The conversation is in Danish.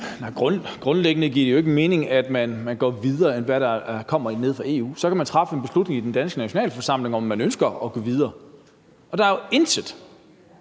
Grundlæggende giver det jo ikke mening, at man går videre, end hvad der kommer nede fra EU. Så kan man træffe en beslutning i den danske nationalforsamling, om man ønsker at gå videre. Og der er jo intet